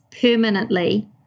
permanently